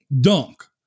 dunk